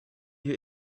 you